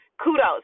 kudos